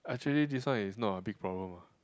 actually this one is not a big problem ah